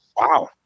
Wow